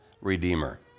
redeemer